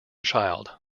child